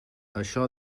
això